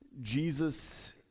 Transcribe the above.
Jesus